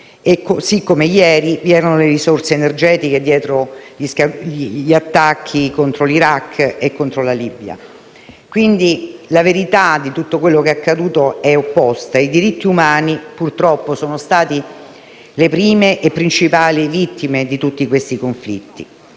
così come ieri c'erano le risorse energetiche dietro agli attacchi contro l'Iraq e la Libia. Quindi la verità su tutto quello che è accaduto è opposta: i diritti umani, purtroppo, sono stati le prime e principali vittime di tutti questi conflitti.